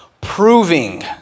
Proving